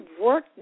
work